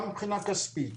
גם מבחינה כספית,